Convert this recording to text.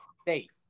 state